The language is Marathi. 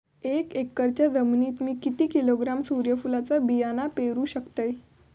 एक एकरच्या जमिनीत मी किती किलोग्रॅम सूर्यफुलचा बियाणा पेरु शकतय?